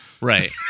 Right